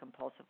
compulsively